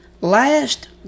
Last